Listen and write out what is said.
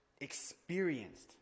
experienced